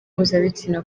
mpuzabitsina